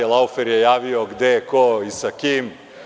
Laufer je javio gde je ko i sa kim.